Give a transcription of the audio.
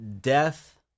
death